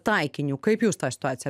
taikiniu kaip jūs tą situaciją